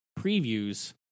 previews